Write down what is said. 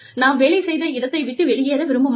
நாம் வேலை செய்த இடத்தை விட்டு வெளியேற விரும்ப மாட்டோம்